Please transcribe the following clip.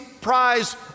Prize